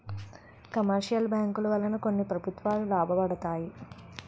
commercial బ్యాంకుల వలన కొన్ని ప్రభుత్వాలు లాభపడతాయి